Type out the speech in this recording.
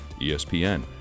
ESPN